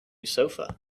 sofa